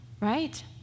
right